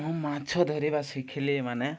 ମୁଁ ମାଛ ଧରିବା ଶିଖିଲି ମାନେ